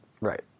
right